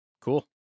Cool